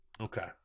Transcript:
Okay